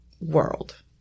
world